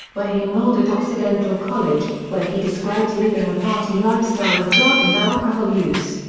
where he enrolled at occidental college, where he describes living a party lifestyle of drug and alcohol use.